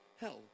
hell